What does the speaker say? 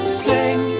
sing